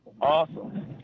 Awesome